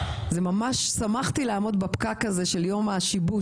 ממש שמחתי לעמוד בפקק הזה של יום השיבוש הלאומי.